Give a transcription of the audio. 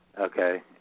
okay